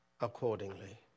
accordingly